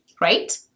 right